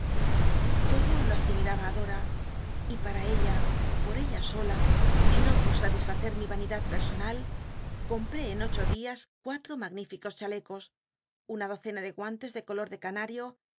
l'odo lo asimilaba á dora y pal'a ella por ella sola y no por satisfacer mi yanidad pc sonal com jl'é en ocho dias cuatro magn íficos chalecos una docmta de guanles de color de canario